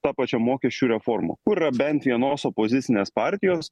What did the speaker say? ta pačia mokesčių reforma kur yra bent vienos opozicinės partijos